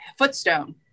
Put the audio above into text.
footstone